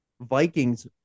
vikings